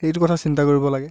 এইটো কথা চিন্তা কৰিব লাগে